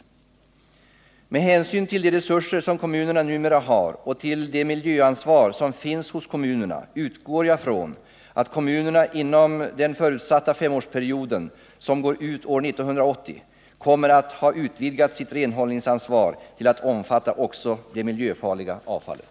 20 mars 1979 Med hänsyn till de resurser som kommunerna numera har och till det miljöansvar som finns hos kommunerna utgår jag från att kommunerna inom den förutsatta femårsperioden som går ut år 1980 kommer att ha utvidgat sitt renhållningsansvar till att omfatta också det miljöfarliga avfallet.